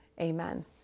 Amen